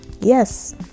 Yes